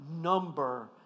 number